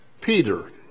Peter